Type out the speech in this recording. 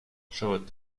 showered